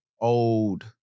old